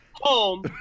home